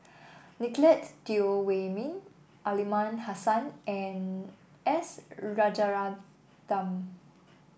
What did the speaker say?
Nicolette Teo Wei Min Aliman Hassan and S Rajaratnam